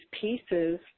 pieces